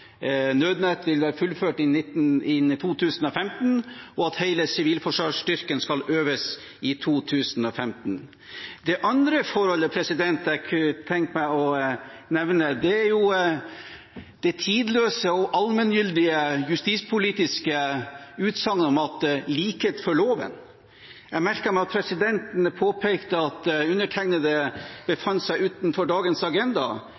nødnett vil bli fullført i 2015, og at hele sivilforsvarsstyrken skal øves i 2015. Det andre forholdet er det tidløse og allmenngyldige justispolitiske utsagnet «likhet for loven». Jeg merket meg at presidenten påpekte at undertegnede befant seg utenfor dagens agenda.